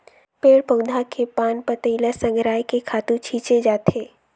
पेड़ पउधा के पान पतई ल संघरायके खातू छिछे जाथे